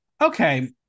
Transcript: Okay